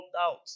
out